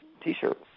T-shirt